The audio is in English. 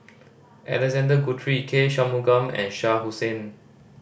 Alexander Guthrie K Shanmugam and Shah Hussain